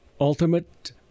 Ultimate